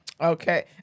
Okay